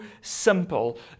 simple